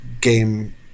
game